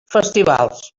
festivals